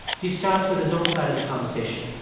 he starts with his own side of the conversation